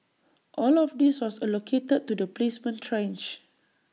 all of this was allocated to the placement tranche